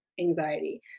anxiety